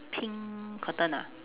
pink curtain ah